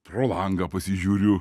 pro langą pasižiūriu